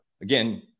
again